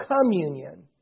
communion